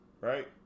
Right